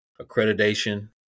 accreditation